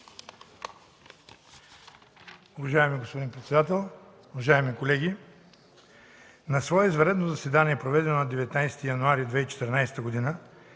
Уважаеми господин председател, уважаеми колеги! „На свое извънредно заседание, проведено на 19 януари 2014 г.,